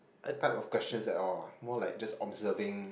type of questions at all more like just observing